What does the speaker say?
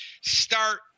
start